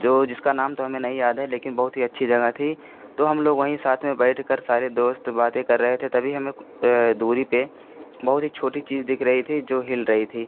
जो जिसका नाम तो हमें नहीं याद है लेकिन बहुत ही अच्छी जगह थी तो हमलोग वहीं साथ में बैठकर सारे दोस्त बातें कर रहे थे तभी हमें दूरी पर बहुत ही छोटी चीज़ दिख रही थी जो हिल रही थी